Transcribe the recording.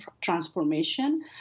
transformation